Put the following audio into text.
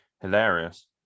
hilarious